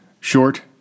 short